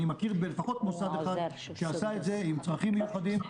אני מכיר לפחות מוסד אחד שעשה את זה עם צרכים מיוחדים,